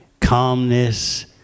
calmness